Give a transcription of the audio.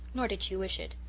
nor did she wish it.